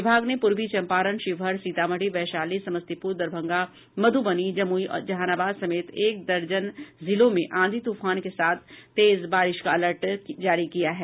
विभाग ने पूर्वी चम्पारण शिवहर सीतामढ़ी वैशाली समस्तीपुर दरभंगा मधुबनी जमुई जहानाबाद समेत एक दर्जन जिलों में आंधी तूफान के साथ तेज बारिश का अलर्ट जारी किया है